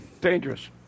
dangerous